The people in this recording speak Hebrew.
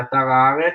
באתר הארץ,